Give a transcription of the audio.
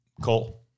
Cole